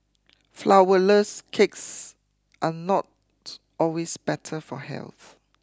flourless cakes are not always better for health